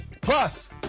Plus